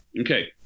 Okay